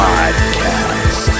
Podcast